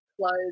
clothes